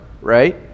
right